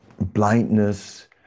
blindness